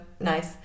nice